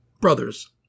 brothers